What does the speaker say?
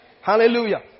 Hallelujah